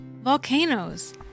volcanoes